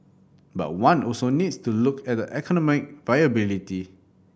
but one also needs to look at the economic viability